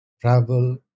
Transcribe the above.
travel